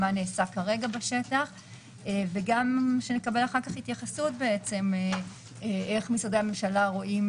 מה נעשה כרגע בשטח; וגם שנקבל אחר כך התייחסות איך משרדי הממשלה רואים